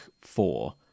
four